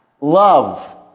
love